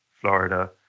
Florida